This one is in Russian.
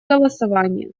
голосования